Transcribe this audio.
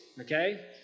okay